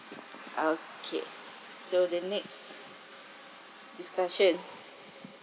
okay so the next discussion